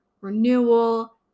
renewal